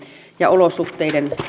ja olosuhteiden